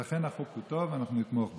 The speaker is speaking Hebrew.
לכן החוק הוא טוב, ואנחנו נתמוך בו.